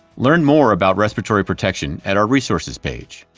learn more about respiratory protection at our resources page.